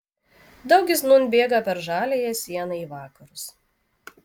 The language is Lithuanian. daugis nūn bėga per žaliąją sieną į vakarus